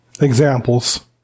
examples